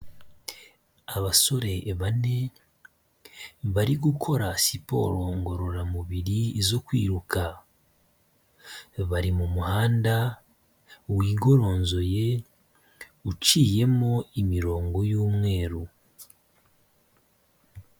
Abasore bane bari gukora siporo ngororamubiri zo kwiruka, bari mu muhanda wigoronzoye uciyemo imirongo y'umweru.